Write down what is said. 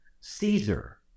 Caesar